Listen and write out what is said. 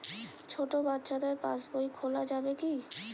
ছোট বাচ্চাদের পাশবই খোলা যাবে কি?